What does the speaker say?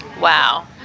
wow